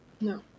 No